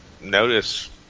notice